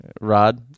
rod